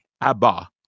Abba